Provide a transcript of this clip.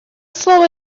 слово